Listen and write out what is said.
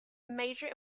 major